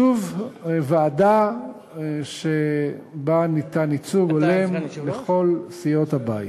שוב, ועדה שבה ניתן ייצוג הולם לכל סיעות הבית.